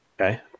Okay